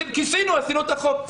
'כיסינו, עשינו את החוק'.